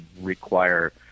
require